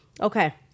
Okay